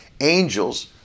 angels